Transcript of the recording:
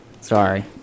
Sorry